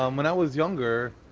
um when i was younger,